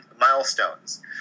milestones